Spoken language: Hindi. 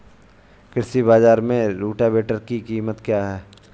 कृषि बाजार में रोटावेटर की कीमत क्या है?